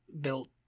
built